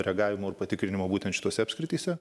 reagavimo ir patikrinimo būtent šitose apskrityse